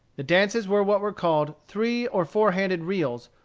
the dances were what were called three or four handed reels,